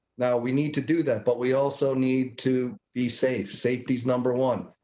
now. we need to do that, but we also need to be safe. safety is number one.